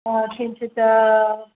किञ्चित्